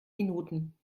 minuten